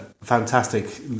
Fantastic